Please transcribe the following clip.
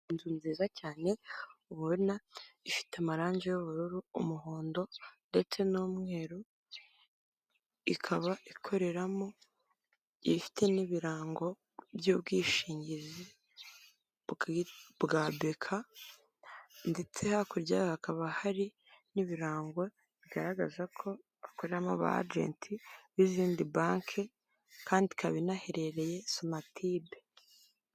Inzu nziza cyane ubona ifite amarangi y'ubururu, umuhondo ndetse n'umweru, ikaba ikoreramo ifite n'ibirango by'ubwishingizi bwa beka ndetse hakurya hakaba hari n'ibirango bigaragaza ko bakoreramo ba ajenti b'izindi banki kandi ikaba inaherereye Sonatube.